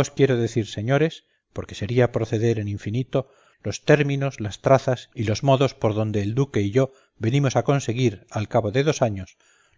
os quiero decir señores porque sería proceder en infinito los términos las trazas y los modos por donde el duque y yo venimos a conseguir al cabo de dos años